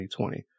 2020